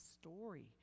story